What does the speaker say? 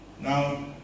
Now